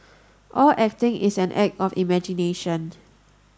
all acting is an act of imagination